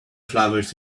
flowers